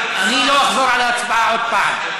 אני לא אחזור על ההצבעה עוד פעם,